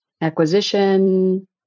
acquisition